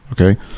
okay